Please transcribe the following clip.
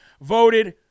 voted